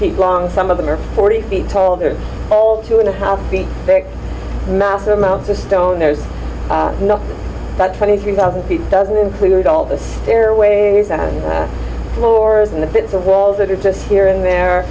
feet long some of them are forty feet tall they're all two and a half feet thick massive amounts of stone there's nothing but twenty thousand feet doesn't include all the stairways and floors and the bits of walls that are just here and there